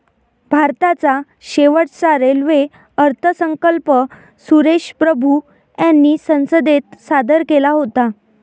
भारताचा शेवटचा रेल्वे अर्थसंकल्प सुरेश प्रभू यांनी संसदेत सादर केला होता